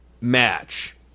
match